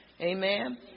Amen